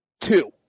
two